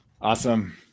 Awesome